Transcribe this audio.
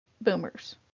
boomers